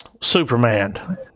Superman